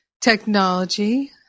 technology